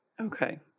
Okay